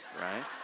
right